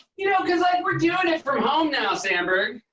you know, cause like we're doing it from home now, samberg.